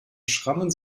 schrammen